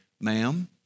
Ma'am